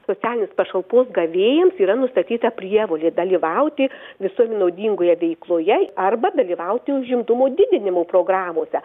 socialinės pašalpos gavėjams yra nustatyta prievolė dalyvauti visuomenei naudingoje veikloje arba dalyvauti užimtumo didinimo programose